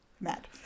Mad